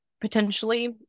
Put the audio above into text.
potentially